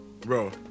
bro